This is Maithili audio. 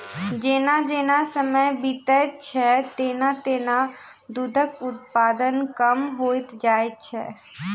जेना जेना समय बीतैत छै, तेना तेना दूधक उत्पादन कम होइत जाइत छै